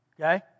Okay